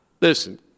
Listen